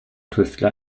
tüftler